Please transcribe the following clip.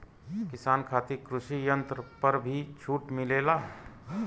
किसान खातिर कृषि यंत्र पर भी छूट मिलेला?